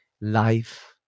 life